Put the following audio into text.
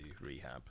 rehab